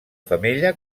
femella